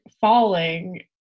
falling